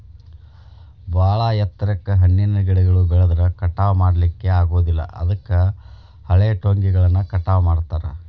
ಬಾಳ ಎತ್ತರಕ್ಕ್ ಹಣ್ಣಿನ ಗಿಡಗಳು ಬೆಳದ್ರ ಕಟಾವಾ ಮಾಡ್ಲಿಕ್ಕೆ ಆಗೋದಿಲ್ಲ ಅದಕ್ಕ ಹಳೆಟೊಂಗಿಗಳನ್ನ ಕಟಾವ್ ಮಾಡ್ತಾರ